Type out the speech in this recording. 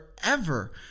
forever